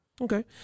Okay